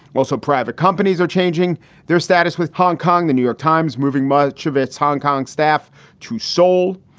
while so private companies are changing their status with hong kong, the new york times moving much of its hong kong staff to seoul.